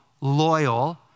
loyal